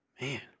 Man